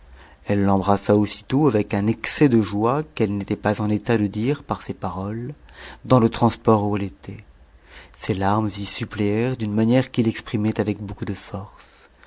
elle l'embrassa aussitôt avec un excès de joie qu'elle n'était pas en état de dire par ses paroles dans le transport où elle était ses larmes y suppléèrent d'une manière qui l'exprimait avec beaucoup de force